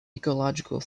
ecological